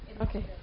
okay